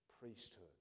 priesthood